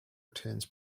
returns